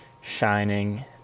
shining